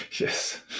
Yes